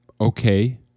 okay